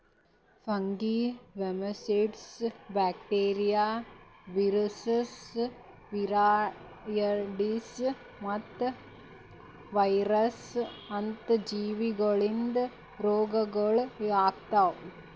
fungi, oomycetes, bacteria, viruses, viroids ಮತ್ತ virus ಅಂತ ಜೀವಿಗೊಳಿಂದ್ ರೋಗಗೊಳ್ ಆತವ್